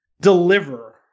deliver